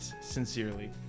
sincerely